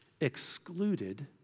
excluded